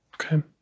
Okay